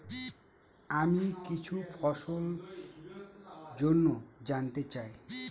আমি কিছু ফসল জন্য জানতে চাই